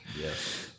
Yes